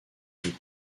les